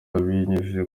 abinyujije